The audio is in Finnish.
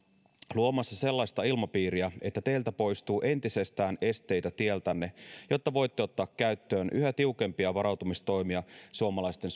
luomassa sellaista ilmapiiriä että teiltä poistuu entisestään esteitä tieltänne jotta voitte ottaa käyttöön yhä tiukempia varautumistoimia suomalaisten